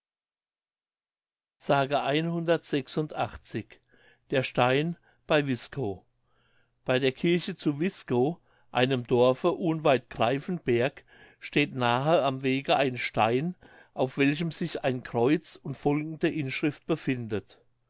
der stein bei wiskow bei der kirche zu wiskow einem dorfe unweit greiffenberg steht nahe am wege ein stein auf welchem sich ein kreuz und folgende inschrift befindet